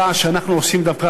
אירע שאנחנו עושים דווקא,